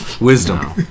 Wisdom